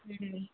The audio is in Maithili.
हूँ